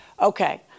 Okay